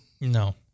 No